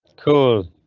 cool,